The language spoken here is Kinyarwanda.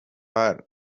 yali